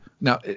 Now